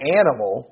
animal